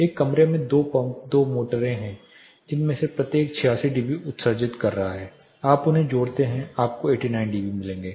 एक कमरे में 2 पंप 2 मोटरें हैं जिनमें से प्रत्येक 86 डीबी उत्सर्जित कर रहा है आप उन्हें जोड़ते हैं आपको 89 मिलेंगे